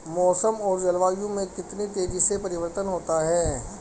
मौसम और जलवायु में कितनी तेजी से परिवर्तन होता है?